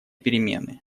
перемены